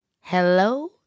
hello